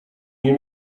nie